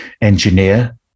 engineer